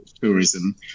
tourism